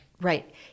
Right